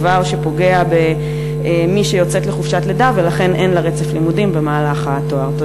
דבר שפוגע במי שיוצאת לחופשת לידה ולכן אין לה רצף לימודים במהלך התואר.